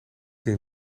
denk